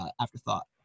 afterthought